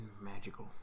Magical